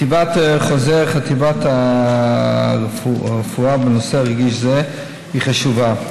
כתיבת חוזר חטיבת הרפואה בנושא רגיש זה היא חשובה.